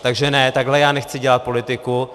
Takže ne, takhle já nechci dělat politiku.